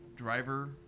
Driver